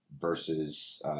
versus